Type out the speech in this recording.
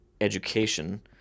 education